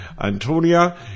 Antonia